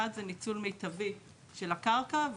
אחד זה ניצול מיטבי של הקרקע,